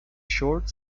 short